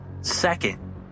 Second